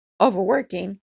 overworking